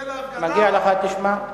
מגיע לך, תשמע.